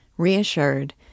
Reassured